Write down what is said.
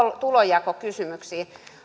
tulonjakokysymyksiin